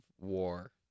war